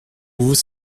vous